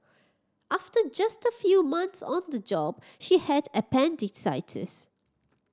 after just a few months on the job she had appendicitis